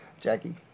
Jackie